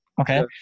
okay